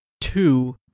two